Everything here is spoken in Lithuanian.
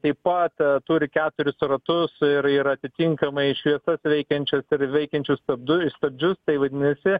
taip pat turi keturis ratus ir ir atitinkamai šviesas veikiančias veikiančius tstabdu stabdžius tai vadinasi